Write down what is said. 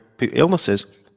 illnesses